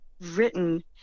written